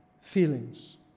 feelings